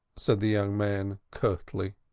said the young man curtly.